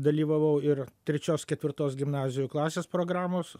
dalyvavau ir trečios ketvirtos gimnazijų klasės programos